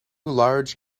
large